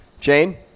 Jane